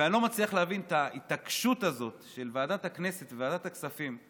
ואני לא מצליח להבין את ההתעקשות הזאת של ועדת הכנסת וועדת הכספים.